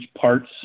parts